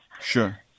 Sure